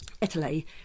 Italy